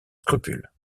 scrupules